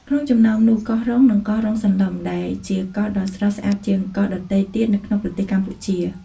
ក្នុងចំណោមនោះ កោះរ៉ុង និងកោះរ៉ុងសន្លឹម ដែលជាកោះដ៏ស្រស់ស្អាតជាងកោះដទៃទៀតនៅក្នុងប្រទេសកម្ពុជា។